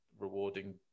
rewarding